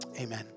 Amen